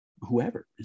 whoever